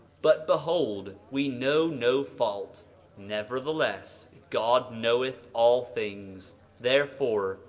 but behold, we know no fault nevertheless god knoweth all things therefore,